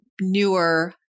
newer